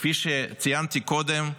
כפי שציינתי קודם,